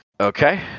Okay